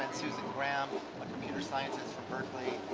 and susan graham, a computer scientist from berkeley,